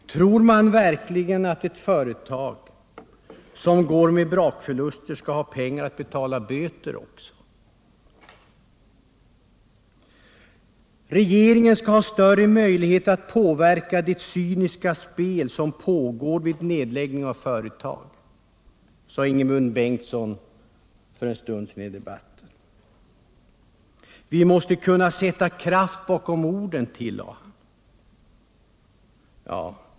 Tror man verkligen att ett företag som går med brakförluster skall ha pengar att betala böter också? Regeringen skall ha större möjlighet att påverka det cyniska spel som pågår vid nedläggning av företag, sade Ingemund Bengtsson för en stund sedan. Vi måste kunna sätta kraft bakom orden, tillade han.